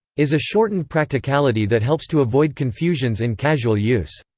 is a shortened practicality that helps to avoid confusions in casual use.